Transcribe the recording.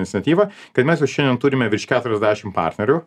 iniciatyvą kad mes jau šiandien turime virš keturiasdešimt partnerių